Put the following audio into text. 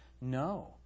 No